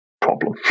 problem